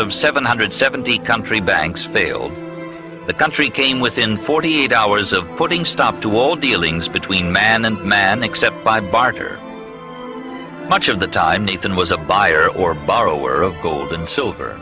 of seven hundred seventy country banks failed the country came within forty eight hours of putting stop to all dealings between man and man except by barter much of the time nathan was a buyer or borrower of gold and silver